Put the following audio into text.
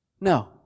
No